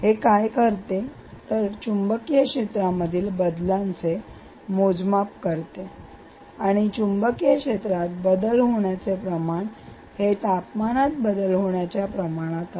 हे काय करते ते चुंबकीय क्षेत्रामधील बदलाचे मोजमाप करते आणि चुंबकीय क्षेत्रात बदल होण्याचे प्रमाण हे तापमानात बदल होण्याच्या प्रमाणात आहे